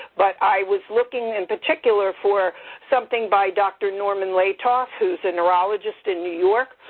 but i was looking-in particular-for something by dr. norman latov, who's a neurologist in new york,